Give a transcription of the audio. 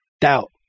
doubt